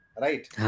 right